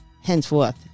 henceforth